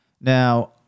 Now